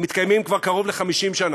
מתקיימים כבר קרוב ל-50 שנה,